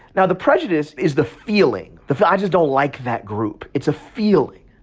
now, the prejudice is the feeling, the i just don't like that group. it's a feeling.